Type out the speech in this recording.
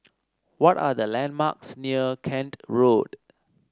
what are the landmarks near Kent Road